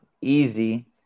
easy